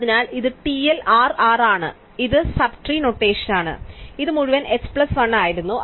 അതിനാൽ ഇത് TLRR ആണ് അതിനാൽ ഇത് സബ് ട്രീ നൊട്ടേഷനാണ് അതിനാൽ ഇത് മുഴുവൻ h പ്ലസ് 1 ആയിരുന്നു